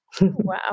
Wow